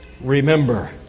remember